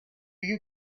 you